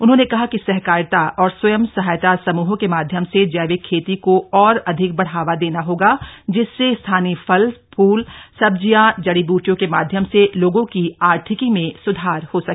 उन्होंने कहा कि सहकारिता और स्वयं सहायता समूहों के माध्यम से जैविक खेती को और अधिक बढ़ावा देना होगा जिससे स्थानीय फल फूल सब्जियों जड़ी ब्रटियों के माध्यम से लोगों की आर्थिकी में स्धार हो सके